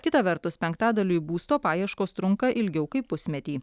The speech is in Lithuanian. kita vertus penktadaliui būsto paieškos trunka ilgiau kaip pusmetį